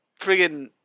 friggin